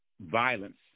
violence